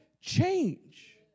change